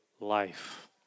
life